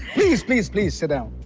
please. please. please sit down.